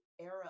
era